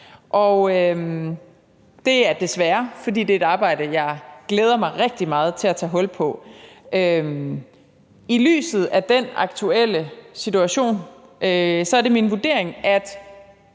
her sag – desværre, fordi det er et arbejde, jeg glæder mig rigtig meget til at tage hul på. I lyset af den aktuelle situation er det min vurdering, at